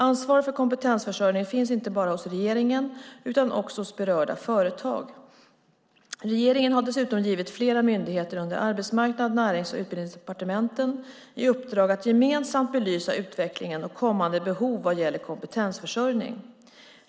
Ansvar för kompetensförsörjning finns inte bara hos regeringen utan också hos berörda företag. Regeringen har dessutom givit flera myndigheter under Arbetsmarknads-, Närings och Utbildningsdepartementen i uppdrag att gemensamt belysa utvecklingen och kommande behov vad gäller kompetensförsörjning.